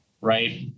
right